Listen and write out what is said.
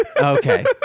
Okay